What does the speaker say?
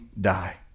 die